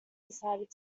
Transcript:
decided